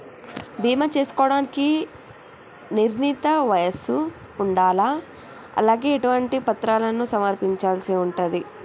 బీమా చేసుకోవడానికి నిర్ణీత వయస్సు ఉండాలా? అలాగే ఎటువంటి పత్రాలను సమర్పించాల్సి ఉంటది?